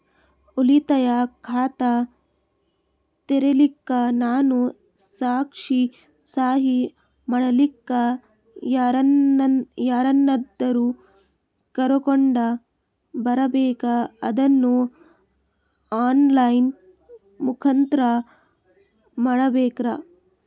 ಉಳಿತಾಯ ಖಾತ ತೆರಿಲಿಕ್ಕಾ ನಾನು ಸಾಕ್ಷಿ, ಸಹಿ ಮಾಡಲಿಕ್ಕ ಯಾರನ್ನಾದರೂ ಕರೋಕೊಂಡ್ ಬರಬೇಕಾ ಅದನ್ನು ಆನ್ ಲೈನ್ ಮುಖಾಂತ್ರ ಮಾಡಬೇಕ್ರಾ?